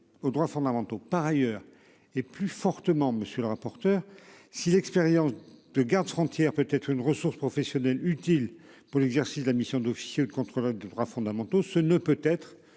aux droits fondamentaux. Par ailleurs et plus fortement. Monsieur le rapporteur. Si l'expérience de gardes frontières peut être une ressource professionnelle utile pour l'exercice de la mission d'officiers de contrôle de droits fondamentaux, ce ne peut être